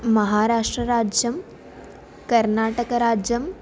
महाराष्ट्रराज्यं कर्नाटकराज्यम्